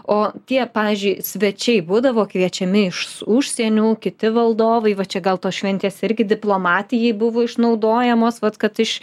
o tie pavyzdžiui svečiai būdavo kviečiami iš užsienių kiti valdovai va čia gal tos šventės irgi diplomatijai buvo išnaudojamos vat kad iš